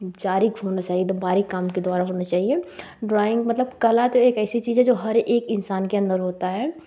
उपचारिक होना चाहिए एकदम बारीक काम के द्वारा होना चाहिए ड्राइंग मतलब कला तो एक ऐसी चीज़ है जो हर एक इंसान के अन्दर होता है